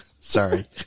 sorry